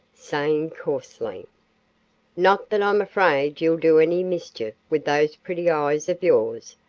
saying coarsely not that i'm afraid you'll do any mischief with those pretty eyes of yours,